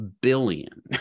billion